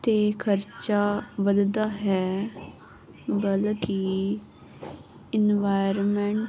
ਤੇ ਖਰਚਾ ਵਧਦਾ ਹੈ ਬਲਕਿ ਇਨਵਾਇਰਮੈਂਟ